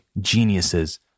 geniuses